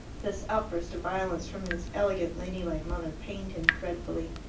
this outburst of violence from his elegant ladylike mother pained him dreadfully.